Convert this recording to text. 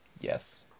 Yes